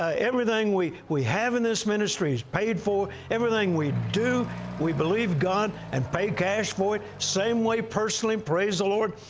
ah everything we we have in this ministry is paid for. everything we do we believe god and pay cash for it. same way personally, praise the lord.